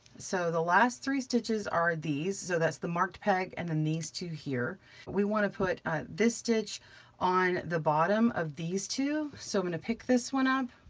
so the last three stitches are these, so that's the marked peg, and then these two here we wanna put this stitch on the bottom of these two. so i'm gonna pick this one up